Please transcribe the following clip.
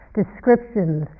descriptions